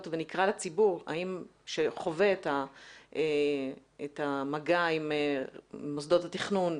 ונקרא לציבור שחווה את המגע עם מוסדות התכנון,